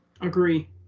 agree